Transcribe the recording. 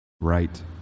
Right